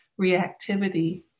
reactivity